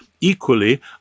Equally